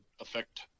affect